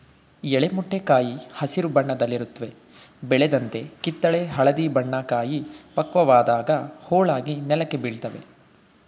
ಎಳೆ ಮೊಟ್ಟೆ ಕಾಯಿ ಹಸಿರು ಬಣ್ಣದಲ್ಲಿರುತ್ವೆ ಬೆಳೆದಂತೆ ಕಿತ್ತಳೆ ಹಳದಿ ಬಣ್ಣ ಕಾಯಿ ಪಕ್ವವಾದಾಗ ಹೋಳಾಗಿ ನೆಲಕ್ಕೆ ಬೀಳ್ತವೆ